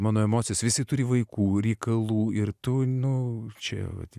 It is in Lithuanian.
mano emocijas visi turi vaikų reikalų ir tu nu čia vat